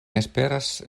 esperas